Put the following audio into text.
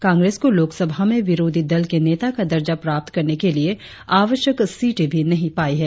कांग्रेस को लोकसभा में विरोधी दल के नेता का दर्जा प्राप्त करने के लिए आवश्यक सीटे भी नहीं पाई हैं